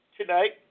Tonight